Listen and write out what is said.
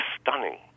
stunning